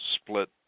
split